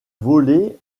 volé